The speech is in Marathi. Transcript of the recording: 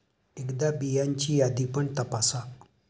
एकदा बियांची यादी पण तपासा